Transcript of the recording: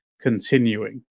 continuing